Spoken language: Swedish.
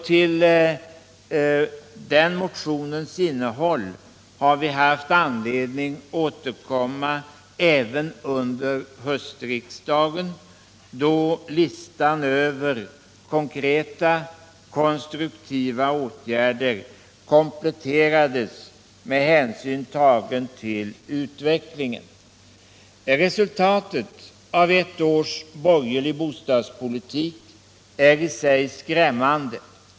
Till den motionens innehåll har vi haft anledning återkomma även under höstriksdagen, då listan över konkreta, konstruktiva åtgärder kompletterats med hänsyn tagen till utvecklingen. Resultaten av ett års borgerlig bostadspolitik är i sig skrämmande.